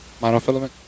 monofilament